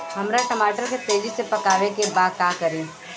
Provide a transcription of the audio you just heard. हमरा टमाटर के तेजी से पकावे के बा का करि?